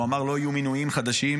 הוא אמר: לא יהיו מינויים חדשים